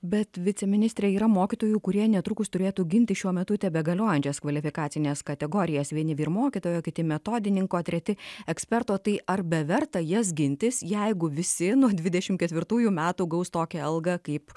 bet viceministre yra mokytojų kurie netrukus turėtų ginti šiuo metu tebegaliojančias kvalifikacines kategorijas vieni ir mokytojo kiti metodininko treti eksperto tai ar beverta jas gintis jeigu visi nuo dvidešim ketvirtųjų metų gaus tokią algą kaip